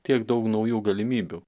tiek daug naujų galimybių